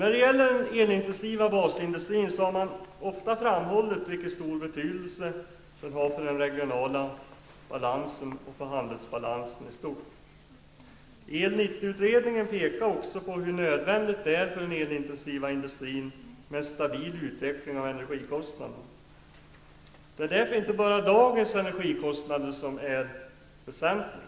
När det gäller den elintensiva basindustrin har ofta dess stora betydelse för den regionala balansen och för handelsbalansen i stort framhållits. El 90 utredningen pekar också på hur nödvändigt det är för den elintensiva industrin att vi har en stabil utveckling av energikostnaderna. Det är därför inte bara dagens energikostnader som är väsentliga.